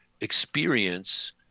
experience